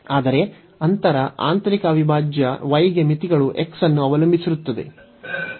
ಆದರೆ ಅಂತರ ಆಂತರಿಕ ಅವಿಭಾಜ್ಯ y ಗೆ ಮಿತಿಗಳು x ಅನ್ನು ಅವಲಂಬಿಸಿರುತ್ತದೆ